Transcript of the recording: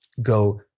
go